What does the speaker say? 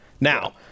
Now